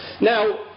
Now